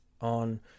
on